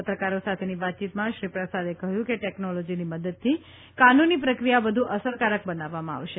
પત્રકારો સાથેની વાતીચીતમાં શ્રી પ્રસાદે કહ્યું કે ટેકનોલોજીની મદદથી કાનૂની પ્રક્રિયા વધુ અસરકારક બનાવવામાં આવશે